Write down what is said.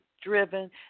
driven